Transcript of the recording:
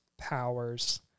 powers